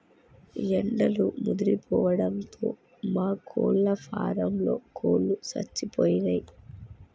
ఎండలు ముదిరిపోవడంతో మా కోళ్ళ ఫారంలో కోళ్ళు సచ్చిపోయినయ్